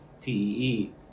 TEE